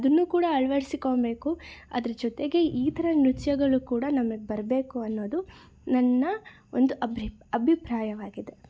ಅದನ್ನು ಕೂಡ ಅಳ್ವಡಿಸಿಕೊಬೇಕು ಅದರ ಜೊತೆಗೆ ಈ ಥರ ನೃತ್ಯಗಳು ಕೂಡ ನಮಗೆ ಬರಬೇಕು ಅನ್ನೋದು ನನ್ನ ಒಂದು ಅಭಿ ಅಭಿಪ್ರಾಯವಾಗಿದೆ